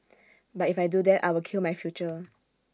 but if I do that I will kill my future